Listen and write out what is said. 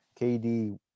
KD